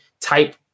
type